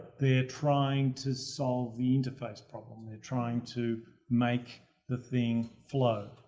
they're trying to solve the interface problem. and they're trying to make the thing flow,